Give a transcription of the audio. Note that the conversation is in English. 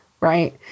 right